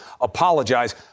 apologize